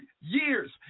years